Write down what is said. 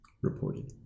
reported